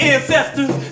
Ancestors